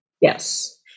Yes